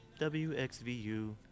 WXVU